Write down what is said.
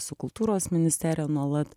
su kultūros ministerija nuolat